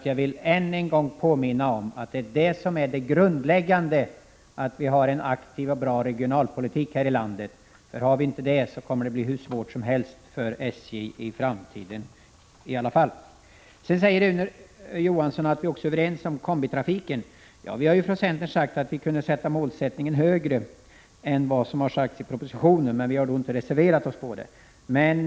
Jag vill ännu en gång påminna om att det grundläggande är att vi har en aktiv och bra regionalpolitik i landet. Har vi inte det, kommer det att bli hur svårt som helst för SJ i framtiden. Sedan säger Rune Johansson att vi också är överens om kombitrafiken. Vi har ju från centerns sida sagt att vi kunde sätta målet högre än vad som har sagts i propositionen, men vi har inte reserverat oss på den punkten.